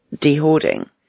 de-hoarding